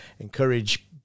encourage